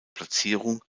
platzierung